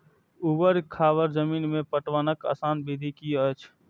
ऊवर खावर जमीन में पटवनक आसान विधि की अछि?